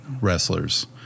wrestlers